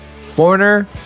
foreigner